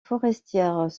forestières